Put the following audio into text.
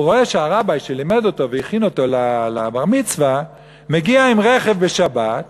והוא רואה שהרבי שלימד אותו והכין אותו לבר-מצווה מגיע עם רכב בשבת,